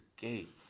gates